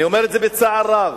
אני אומר את זה בצער רב,